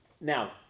Now